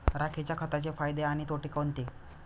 राखेच्या खताचे फायदे आणि तोटे कोणते?